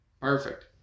Perfect